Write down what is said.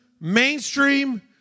mainstream